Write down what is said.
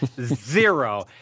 zero